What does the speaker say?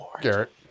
Garrett